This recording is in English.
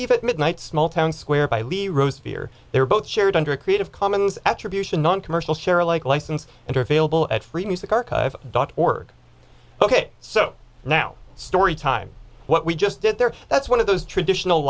eve at midnight small town square by lee rosevear they're both shared under a creative commons attribution noncommercial share alike license and or fail bill at free music archive dot org ok so now story time what we just did there that's one of those traditional